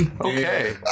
okay